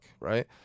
right